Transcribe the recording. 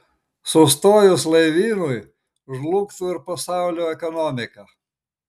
sustojus laivynui žlugtų ir pasaulio ekonomika